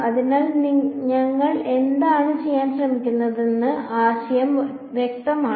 അതിനാൽ ഞങ്ങൾ എന്താണ് ചെയ്യാൻ ശ്രമിക്കുന്നതെന്ന് ആശയം വ്യക്തമാണ്